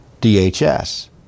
DHS